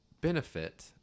benefit